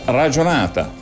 ragionata